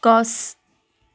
গছ